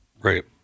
Right